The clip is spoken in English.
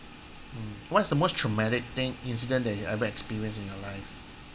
hmm what's the most traumatic thing incident that you've ever experienced in your life